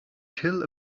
kill